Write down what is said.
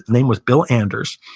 name was bill anders.